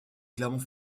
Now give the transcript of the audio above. clermont